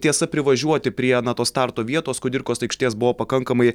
tiesa privažiuoti prie na to starto vietos kudirkos aikštės buvo pakankamai